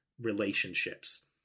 relationships